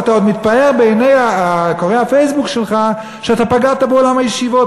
ואתה עוד מתפאר בעיני קוראי הפייסבוק שלך שאתה פגעת בעולם הישיבות,